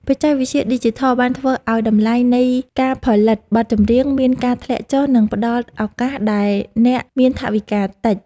បច្ចេកវិទ្យាឌីជីថលបានធ្វើឱ្យតម្លៃនៃការផលិតបទចម្រៀងមានការធ្លាក់ចុះ និង ផ្ដល់ឱកាសដល់អ្នកមានថវិកាតិច។